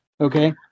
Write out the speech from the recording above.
Okay